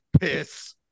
Piss